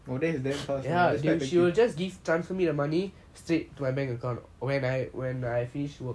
!wah! then that's damn fast sia that's quite efficient